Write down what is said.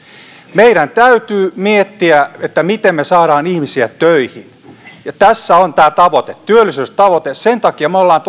meidän täytyy miettiä miten me saamme ihmisiä töihin tässä on tämä tavoite työllisyystavoite sen takia me olemme